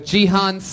Jihan